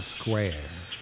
Square